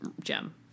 gem